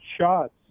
shots